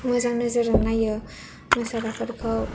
मोजां नोजोरजों नायो मोसाग्राफोरखौ